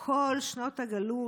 כל שנות הגלות.